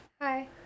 Hi